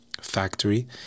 factory